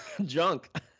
junk